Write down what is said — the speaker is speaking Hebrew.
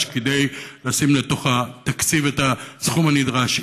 כדי לשים לתוך התקציב את הסכום הנדרש.